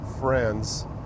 friends